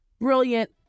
brilliant